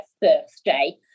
birthday